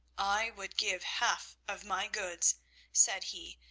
i would give half of my goods said he,